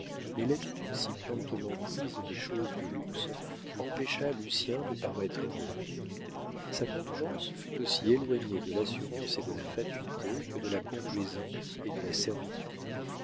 mais l'habitude si promptement prise des choses de luxe empêcha lucien de paraître étonné sa contenance fut aussi éloignée de l'assurance et de la fatuité que de la complaisance et de la